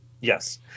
Yes